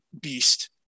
beast